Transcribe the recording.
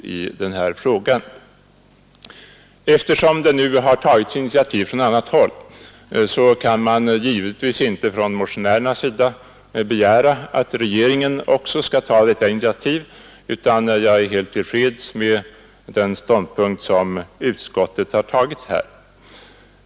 Eftersom det nu tagits initiativ från annat håll kan givetvis inte motionärerna begära att regeringen också skall ta detta initiativ. Jag är helt till freds med den ståndpunkt utskottet här tagit.